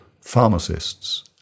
pharmacists